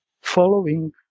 following